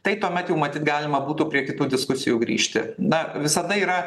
tai tuomet jau matyt galima būtų prie kitų diskusijų grįžti na visada yra